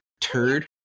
turd